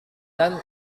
dan